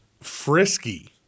Frisky